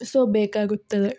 so ಬೇಕಾಗುತ್ತದೆ